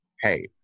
Hey